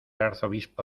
arzobispo